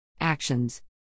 Actions